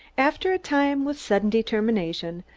after a time, with sudden determination,